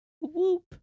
Whoop